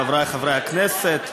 חברי חברי הכנסת,